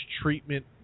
treatment